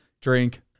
drink